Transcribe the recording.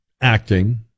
acting